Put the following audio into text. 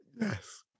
Yes